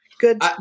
good